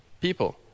People